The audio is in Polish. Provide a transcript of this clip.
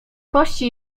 kości